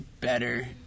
better